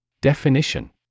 Definition